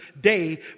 day